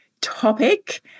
topic